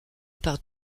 par